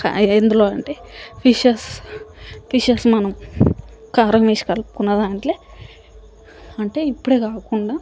క ఎందులో అంటే ఫిషెస్ ఫిషెస్ మనం కారం వేసి కలుపుకున్న దాంట్లో అంటే ఇప్పుడే కాకుండా